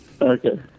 Okay